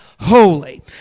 holy